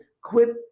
quit